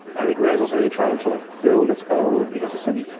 i think ray is also maybe trying to like build its own ecosystem.